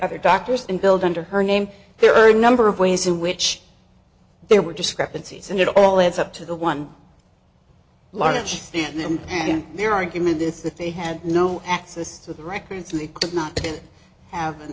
other doctors and billed under her name there are a number of ways in which there were discrepancies and it all adds up to the one larch stand them and their argument is that they had no access to the records we could not have an